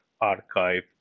Archive